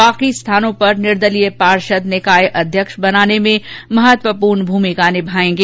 शेष स्थानों पर निर्दलीय पार्षद निकाय अध्यक्ष बनाने में महत्वपूर्ण भूमिका निभायेगें